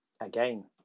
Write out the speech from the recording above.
again